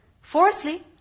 Fourthly